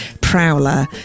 Prowler